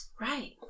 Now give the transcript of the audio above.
Right